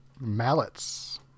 Mallets